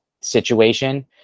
situation